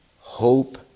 hope